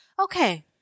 Okay